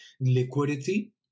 liquidity